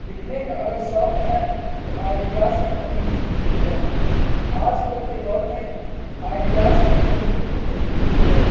لکھنے کا اگر شوق ہے تو آئیڈیاز کی کمی نہیں ہوتی ہے آج کل کے دور میں آئیڈیاز کی کمی بالکل نہیں ہوتی ہے